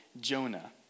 Jonah